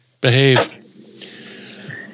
behave